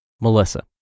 Melissa